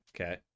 okay